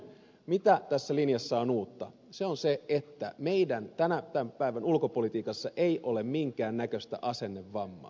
se mikä tässä linjassa on uutta on se että meidän tämän päivän ulkopolitiikassamme ei ole minkään näköistä asennevammaa